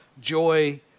joy